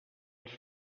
els